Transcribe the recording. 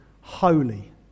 holy